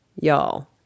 y'all